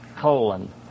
colon